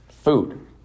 Food